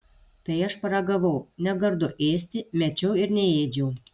tai aš paragavau negardu ėsti mečiau ir neėdžiau